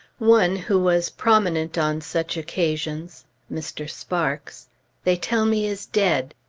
one who was prominent on such occasions mr. sparks they tell me is dead.